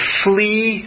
flee